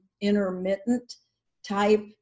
intermittent-type